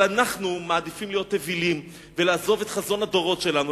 אבל אנחנו מעדיפים להיות אווילים ולעזוב את חזון הדורות שלנו.